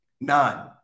None